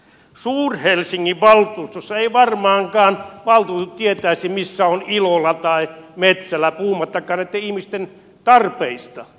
suur helsingin valtuustossa valtuutetut eivät varmaankaan tietäisi missä on ilola tai metsälä puhumattakaan ihmisten tarpeista